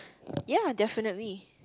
ya definitely